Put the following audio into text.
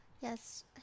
Yes